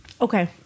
Okay